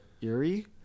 Eerie